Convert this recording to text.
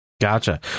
Gotcha